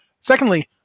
Secondly